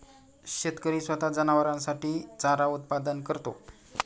शेतकरी स्वतः जनावरांसाठी चारा उत्पादन करतो